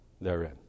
therein